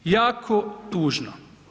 Jako tužno.